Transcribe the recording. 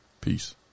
Peace